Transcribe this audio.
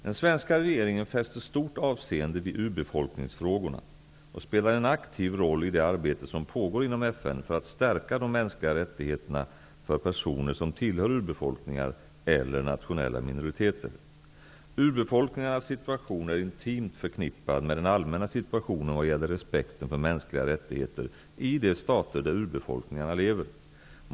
Den svenska regeringen fäster stort avseende vid urbefolkningsfrågorna och spelar en aktiv roll i det arbete som pågår inom FN för att stärka de mänskliga rättigheterna för personer som tillhör urbefolkningar eller nationella minoriteter. Urbefolkningarnas situation är intimt förknippad med den allmänna situationen vad gäller respekten för mänskliga rättigheter i de stater där urbefolkningarna lever.